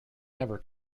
never